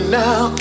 now